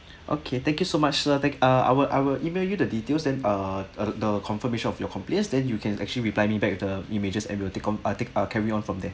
okay thank you so much sir then uh I will I will email you the details then err the confirmation of your complaints then you can actually reply me back with the images and we will take on uh take carry on from there